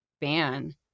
ban